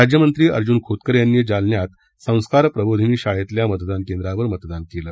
राज्यमंत्री अर्जुन खोतकर यांनी जालन्यात संस्कार प्रबोधिनी शाळेतील मतदान केंद्रावर मतदान केलं